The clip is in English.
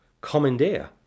commandeer